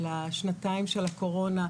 השנתיים של הקורונה,